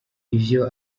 ivyo